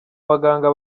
baganga